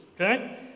Okay